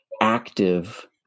active